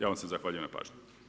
Ja vam se zahvaljujem na pažnji.